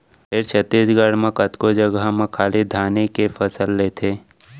फेर छत्तीसगढ़ म कतको जघा म खाली धाने के फसल लेथें